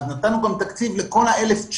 אז נתנו גם תקציב לשדרוג ציוד לכל ה-1,900.